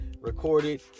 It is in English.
recorded